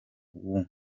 w’u